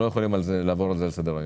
לעבור על זה לסדר היום.